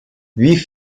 wie